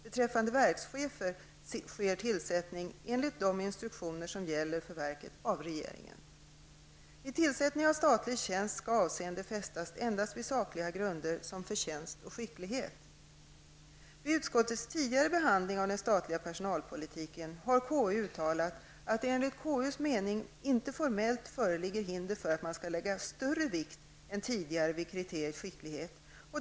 Beträffande verkschefer sker tillsättning, enligt de instruktioner som gäller för verken, av regeringen. Vid tillsättning av statlig tjänst skall avseende fästas endast vid sakliga grunder såsom förtjänst och skicklighet. Vid utskottets tidigare behandling av den statliga personalpolitiken har KU uttalat att det enligt KUs mening inte formellt föreligger hinder för att man skall lägga större vikt än tidigare vid kriteriet skicklighet.